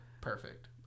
perfect